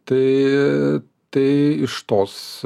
tai tai iš tos